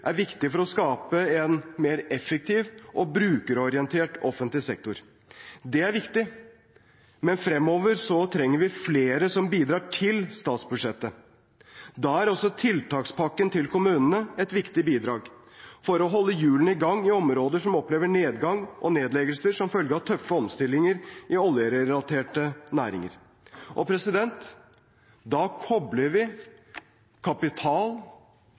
er viktig for å skape en mer effektiv og brukerorientert offentlig sektor. Det er viktig, men fremover trenger vi flere som bidrar til statsbudsjettet. Da er også tiltakspakken til kommunene et viktig bidrag for å holde hjulene i gang i områder som opplever nedgang og nedleggelser som følge av tøffe omstillinger i oljerelaterte næringer. Da kobler vi kapital,